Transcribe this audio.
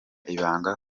ibanga